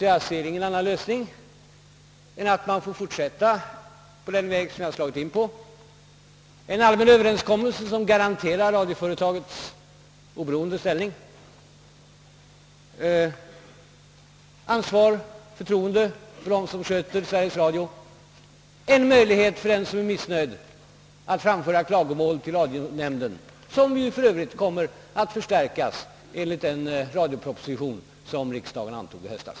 Jag ser därför ingen annan lösning än att man får fortsätta på den väg man slagit in på, dvs. en allmän överenskommelse som garanterar radioföretagets oberoende ställning och som bygger på ansvar hos och förtroende för dem som sköter Sveriges Radio. Dessutom finns det ju en möjlighet för den som är missnöjd att framföra klagomål till radionämnden, vilken för övrigt kommer att förstärkas, enligt den radioproposition som riksdagen antog i höstas.